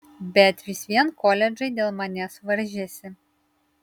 bet vis vien koledžai dėl manęs varžėsi